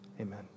Amen